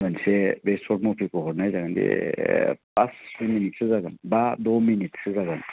मोनसे बे सर्ट मुभिखौ हरनाय जागोन बे फास मिनिटसो जागोन बा द' मिनिटसो जागोन